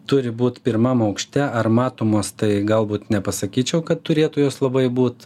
turi būt pirmam aukšte ar matomos tai galbūt nepasakyčiau kad turėtų jos labai būt